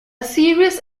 serious